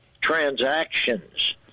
transactions